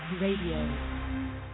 Radio